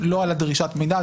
לא על דרישת המידע.